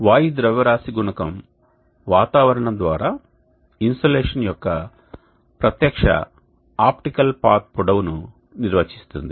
వాయు ద్రవ్యరాశి గుణకం వాతావరణం ద్వారా ఇన్సోలేషన్ యొక్క ప్రత్యక్ష ఆప్టికల్ పాత్ పొడవును నిర్వచిస్తుంది